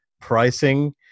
pricing